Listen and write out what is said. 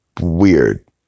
weird